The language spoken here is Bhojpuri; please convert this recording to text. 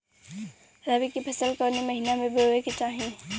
रबी की फसल कौने महिना में बोवे के चाही?